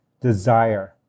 desire